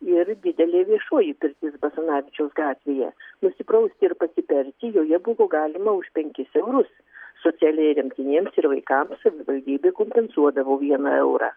ir didelė viešoji pirtis basanavičiaus gatvėje nusiprausti ir pasiperti joje buvo galima už penkis eurus socialiai remtiniems ir vaikams savivaldybė kompensuodavo vieną eurą